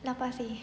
lapar seh